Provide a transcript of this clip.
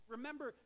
Remember